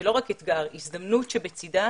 ולא רק אתגר, שבצדה